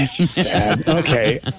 Okay